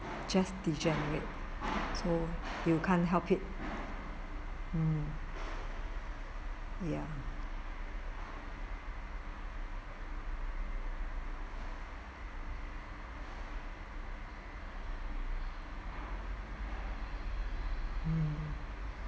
just degenerate so you can't help it mm ya mm